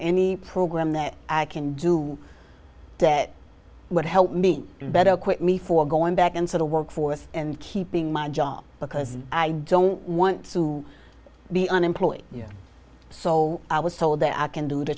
any program that i can do that would help me better quit me for going back into the workforce and keeping my job because i don't want to be an employee so i was told that i can do t